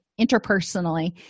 interpersonally